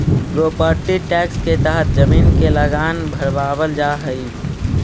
property tax के तहत जमीन के लगान भरवावल जा हई